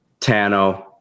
Tano